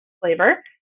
flavor